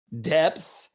depth